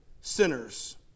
sinners